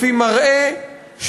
לפי מראה,